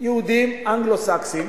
יהודים אנגלו-סקסים,